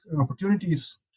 opportunities